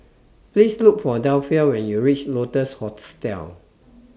Please Look For Delphia when YOU REACH Lotus Hostel